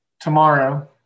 tomorrow